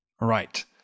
Right